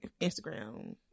Instagram